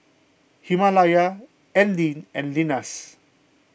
Himalaya Anlene and Lenas